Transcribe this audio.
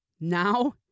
now